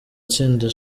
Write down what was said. itsinda